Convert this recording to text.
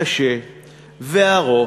קשה וארוך,